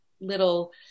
little